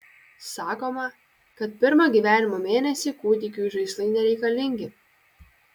sakoma kad pirmą gyvenimo mėnesį kūdikiui žaislai nereikalingi